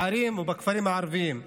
בערים ובכפרים הערביים.